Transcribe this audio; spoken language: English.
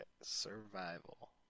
Survival